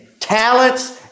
talents